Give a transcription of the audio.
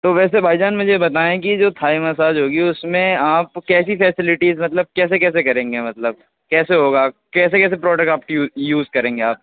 تو ویسے بھائی جان مجھے بتائیں کہ جو تھائی مساج ہوگی اس میں آپ کیسی فیسیلیٹیز مطلب کیسے کیسے کریں گے مطلب کیسے ہوگا کیسے کیسے پروڈکٹ آپ کے یوز کریں گے آپ